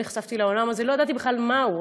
לא נחשפתי לעולם הזה ולא ידעתי בכלל מהו,